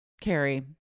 Carrie